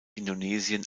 indonesien